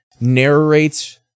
narrates